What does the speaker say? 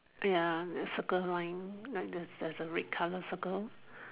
ya the circle line like there's there's the red colour circle